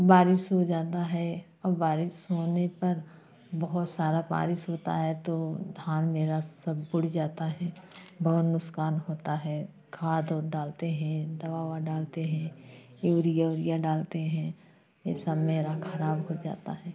बारिश हो जाता है और बारिश होने पर बहुत सारा बारिश होता है तो धान मेरा सब डूब जाता है बहुत नुक्सान होता है खाद उद डालते है दावा उवा डालते हैं यूरिया उरिया डालते हैं ये सब मेरा ख़राब हो जाता है